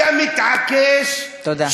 אתה מתעקש, תודה.